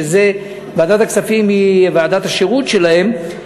שוועדת הכספים היא ועדת השירות שלהם,